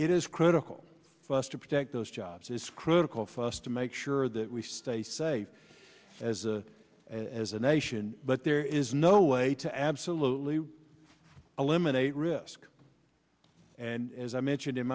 it is critical for us to protect those jobs it's critical for us to make sure that we stay safe as a as a nation but there is no way to absolutely eliminate risk and as i mentioned in